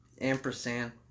Ampersand